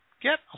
get